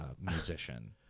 musician